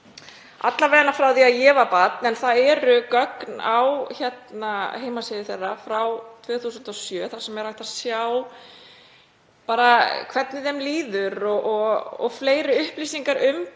alla vega frá því að ég var barn. Það eru gögn á heimasíðu þeirra frá 2007 þar sem er hægt að sjá hvernig nemendum líður og fleiri upplýsingar um